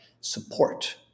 Support